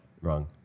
Wrong